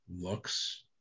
looks